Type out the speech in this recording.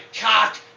cock